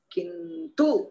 Kintu